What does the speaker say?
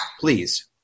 Please